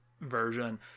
version